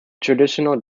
traditional